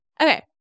Okay